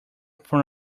from